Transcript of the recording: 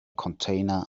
container